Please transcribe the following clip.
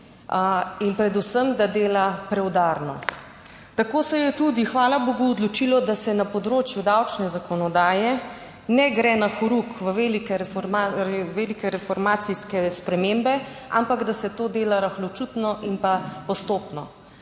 in predvsem, da dela preudarno. Tako se je tudi hvala bogu odločilo, da se na področju davčne zakonodaje ne gre na horuk v velike velike reformacijske spremembe, ampak da se to dela rahločutno in pa postopno.